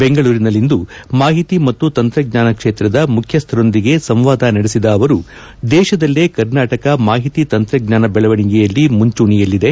ಬೆಂಗಳೂರಿನಲ್ಲಿಂದು ಮಾಹಿತಿ ಮತ್ತು ತಂತ್ರಜ್ಞಾನ ಕ್ಷೇತ್ರದ ಮುಖ್ಯಸ್ಥಕೊಂದಿಗೆ ಸಂವಾದ ನಡೆಸಿದ ಅವರು ದೇಶದಲ್ಲೇ ಕರ್ನಾಟಕ ಮಾಹಿತಿ ತಂತ್ರಜ್ಞಾನ ಬೆಳವಣಿಗೆಯಲ್ಲಿ ಮುಂಚೂಣಿಯಲ್ಲಿದೆ